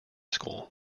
school